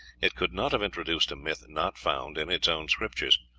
it could not have introduced a myth not found in its own scriptures.